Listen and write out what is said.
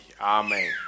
Amen